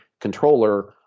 controller